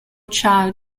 child